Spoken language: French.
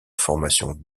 formation